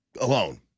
alone